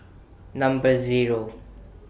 Number Zero